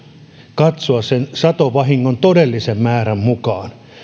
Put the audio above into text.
katsoa sen satovahingon todellisen määrän mukaan